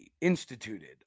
instituted